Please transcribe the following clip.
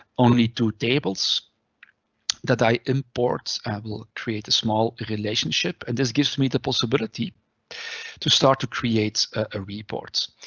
only two tables that i imports, and will ah create a small ah relationship. and this gives me the possibility to start to create a report.